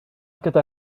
gyda